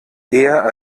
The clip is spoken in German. eher